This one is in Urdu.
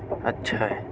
اچھا ہے